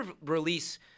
release